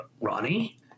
Ronnie